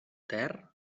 ter